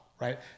Right